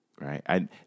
Right